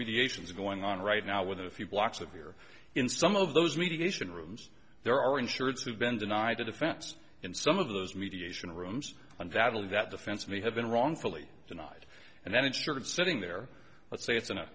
mediation is going on right now within a few blocks of year in some of those mediation rooms there are insurance who've been denied a defense in some of those mediation rooms and that'll that the fence may have been wrongfully denied and then it sort of sitting there let's say it's a